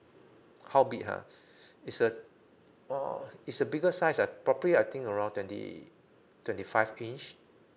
how big ah is uh while it's a bigger size I probably I think around twenty twenty five inch